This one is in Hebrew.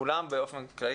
כולם באופן כללי,